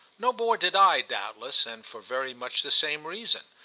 no more did i, doubtless, and for very much the same reason.